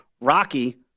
Rocky